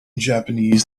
japanese